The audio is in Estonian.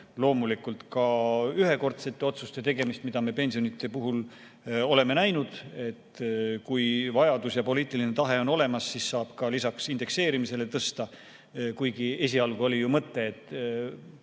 loomulikult ka ühekordsete otsuste tegemist, mida me pensionide puhul oleme näinud –, et kui vajadus ja poliitiline tahe on olemas, siis saab ka lisaks indekseerimisele tõsta. Kuigi esialgu oli ju mõte